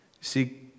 See